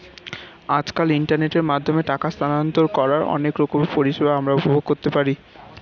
আজকাল ইন্টারনেটের মাধ্যমে টাকা স্থানান্তর করার অনেক রকমের পরিষেবা আমরা উপভোগ করতে পারি